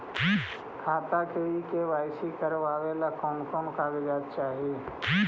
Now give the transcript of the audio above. खाता के के.वाई.सी करावेला कौन कौन कागजात चाही?